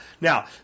Now